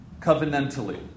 Covenantally